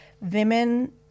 women